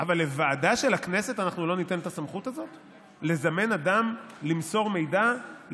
אבל לוועדה של הכנסת אנחנו לא ניתן את הסמכות הזאת לזמן אדם למסור מידע,